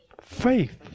faith